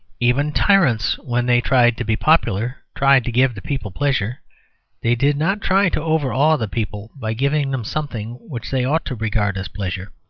even tyrants when they tried to be popular, tried to give the people pleasure they did not try to overawe the people by giving them something which they ought to regard as pleasure.